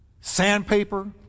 Sandpaper